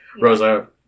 Rosa